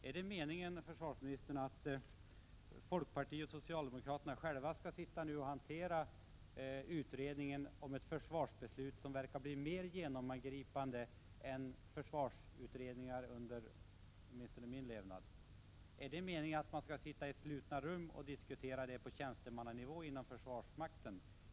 Är det meningen, försvarsministern, att folkpartiet och socialdemokraterna själva skall hantera utredningen om ett försvarsbeslut som verkar bli mer genomgripande än tidigare försvarsutredningar, åtminstone dem som har gjorts under min levnad? Är det meningen att man skall sitta i slutna rum och på tjänstemannanivå inom försvarsmakten diskutera dessa frågor?